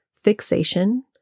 fixation